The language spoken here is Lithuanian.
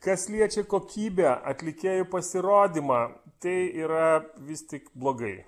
kas liečia kokybę atlikėjų pasirodymą tai yra vis tik blogai